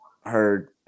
heard